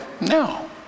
No